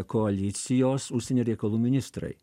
koalicijos užsienio reikalų ministrai